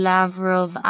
Lavrov